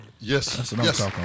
Yes